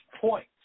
point